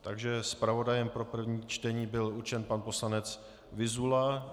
Takže zpravodajem pro první čtení byl určen pan poslanec Vyzula.